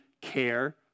care